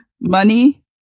Money